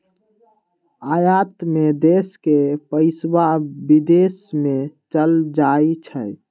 आयात में देश के पइसा विदेश में चल जाइ छइ